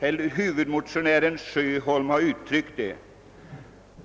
herr Sjöholm har uttryckt det.